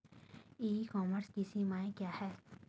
ई commerce की सीमाएं क्या हैं?